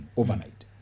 overnight